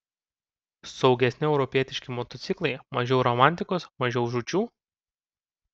saugesni europietiški motociklai mažiau romantikos mažiau žūčių